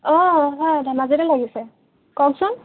অঁ হয় ধেমাজিতে লাগিছে কওকচোন